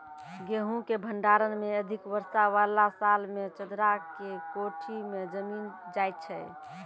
गेहूँ के भंडारण मे अधिक वर्षा वाला साल मे चदरा के कोठी मे जमीन जाय छैय?